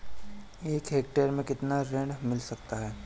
एक हेक्टेयर में कितना ऋण मिल सकता है?